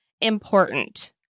important